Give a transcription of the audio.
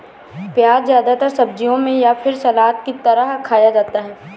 प्याज़ ज्यादातर सब्जियों में या फिर सलाद की तरह खाया जाता है